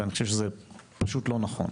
ואני חושב שזה פשוט לא נכון.